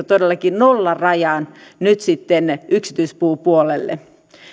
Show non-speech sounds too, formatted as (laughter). (unintelligible) todellakin nollarajan nyt sitten yksityispuupuolelle